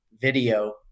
video